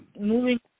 moving